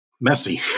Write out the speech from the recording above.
Messy